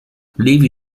levy